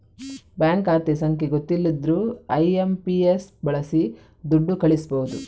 bank ಖಾತೆ ಸಂಖ್ಯೆ ಗೊತ್ತಿಲ್ದಿದ್ರೂ ಐ.ಎಂ.ಪಿ.ಎಸ್ ಬಳಸಿ ದುಡ್ಡು ಕಳಿಸ್ಬಹುದು